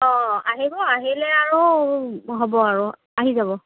অঁ আহিব আহিলে আৰু হ'ব আৰু আহি যাব